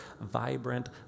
vibrant